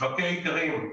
שווקי איכרים.